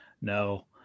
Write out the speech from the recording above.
no